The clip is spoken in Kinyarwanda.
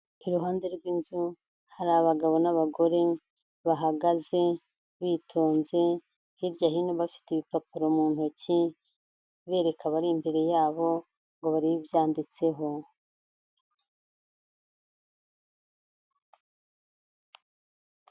Iruhande rw'inzu hari abagabo n'abagore, bahagaze, bitonze, hirya hino bafite ibipapuro mu ntoki, bereka abari imbere yabo ngo barebe ibyanditseho.